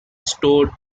store